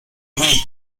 oui